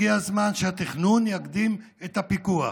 הגיע הזמן שהתכנון יקדים את הפיקוח.